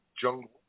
jungle